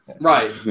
Right